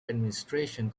administration